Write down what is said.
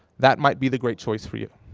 that might be the great choice for you.